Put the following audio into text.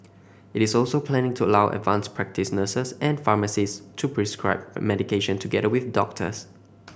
it is also planning to allow advanced practice nurses and pharmacist to prescribe medication together with doctors